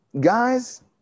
guys